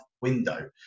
window